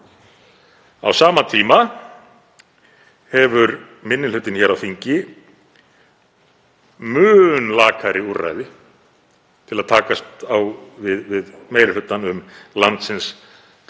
Á sama tíma hefur minni hlutinn hér á þingi mun lakari úrræði til að takast á við meiri hlutann um landsins gagn